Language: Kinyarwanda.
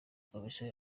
komisiyo